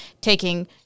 taking